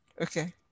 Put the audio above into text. Okay